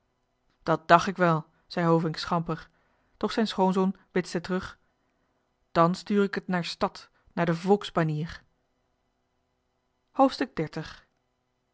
dat dach ik wel zei hovink schamper doch zijn schoonzoon bitste terug dan stuur ik het naar stad naar de volksbanier